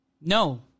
No